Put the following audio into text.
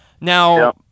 Now